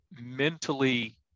mentally